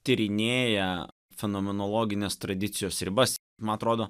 tyrinėja fenomenologinės tradicijos ribas ma trodo